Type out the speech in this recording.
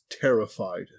terrified